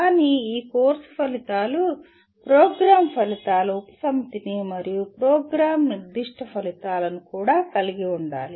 కానీ ఈ కోర్సు ఫలితాలు ప్రోగ్రామ్ ఫలితాల ఉపసమితిని మరియు ప్రోగ్రామ్ నిర్దిష్ట ఫలితాలను కూడా కలిగి ఉండాలి